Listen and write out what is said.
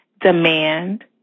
demand